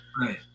Right